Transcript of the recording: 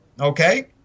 okay